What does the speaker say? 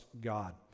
God